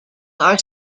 are